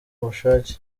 ubushake